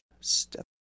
step